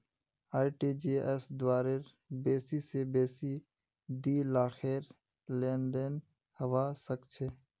RTGS द्वारे बेसी स बेसी दी लाखेर लेनदेन हबा सख छ